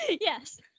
Yes